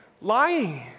lying